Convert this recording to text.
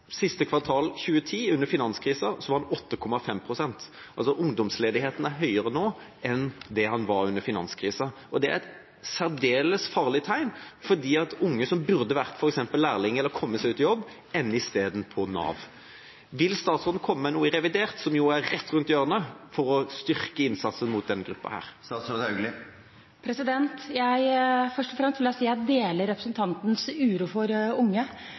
Siste kvartal 2010, under finanskrisen, var den 8,5 pst. Ungdomsledigheten er høyere nå enn den var i under finanskrisen. Det er et særdeles farlig tegn fordi unge som burde vært f.eks. lærling eller kommet seg ut i jobb, ender i stedet hos Nav. Vil statsråden komme med noe i revidert nasjonalbudsjett, som jo er rett rundt hjørnet, for å styrke innsatsen for denne gruppen? Først og fremst vil jeg si at jeg deler representanten Ropstads uro for de unge.